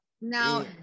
now